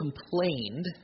complained